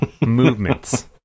movements